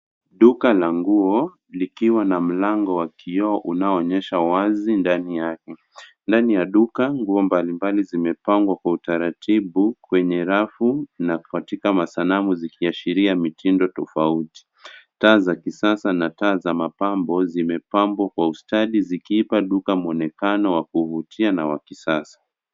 Duka la nguo, likiwa na mlango wa kioo unaonyesha wazi ndani yake. Ndani ya duka nguo mbalimbali zimepangwa kwa taratibu kwenye rafu na katika masanamu zikiashiria mitindo tofauti. Taa za kisasa na taa za mapambo zimepambwa kwa ustadi zikipa duka muonekano wa kuvutia na wa kisasa.